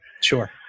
Sure